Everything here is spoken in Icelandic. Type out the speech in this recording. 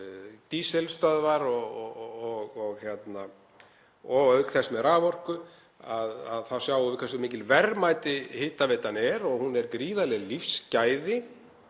dísilstöðvar og auk þess með raforku þá sjáum við hversu mikil verðmæti hitaveitan er og hún er gríðarleg lífsgæði.